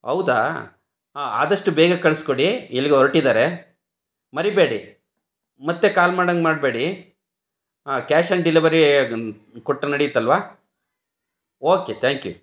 ಹೌದಾ ಹಾಂ ಆದಷ್ಟು ಬೇಗ ಕಳಿಸ್ಕೊಡಿ ಎಲ್ಲಿಗೋ ಹೊರ್ಟಿದ್ದಾರೆ ಮರೀಬೇಡಿ ಮತ್ತೆ ಕಾಲ್ ಮಾಡಂಗೆ ಮಾಡಬೇಡಿ ಆಂ ಕ್ಯಾಶ್ ಆನ್ ಡೆಲವರಿ ಕೊಟ್ರೆ ನಡಿಯುತ್ತಲ್ಲವಾ ಓಕೆ ತ್ಯಾಂಕ್ ಯೂ